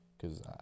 cause